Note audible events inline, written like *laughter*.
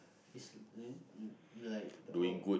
is *noise* like the all